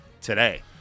today